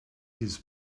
his